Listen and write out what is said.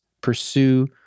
pursue